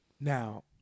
Now